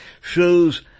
Shows